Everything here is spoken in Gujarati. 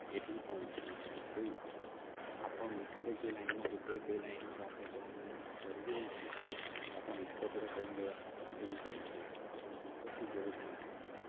એટલું કહુ છું કે કોઈ આપણો મિત્ર જ જે લાઇનમાં જતો હોય તે લાઇનમાં જ આપને જવાનું જરૂરી નથી કે આપણા મિત્રો બધા ત્યાં ગયા તો આપણે બી ત્યાં જ જઈને એવું કશું જરૂરી નથી